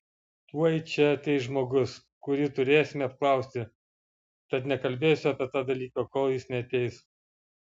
tuoj čia ateis žmogus kurį turėsime apklausti tad nekalbėsiu apie tą dalyką kol jis neateis